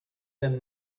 were